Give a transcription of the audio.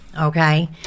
okay